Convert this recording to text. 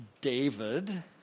David